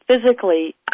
physically